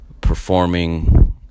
performing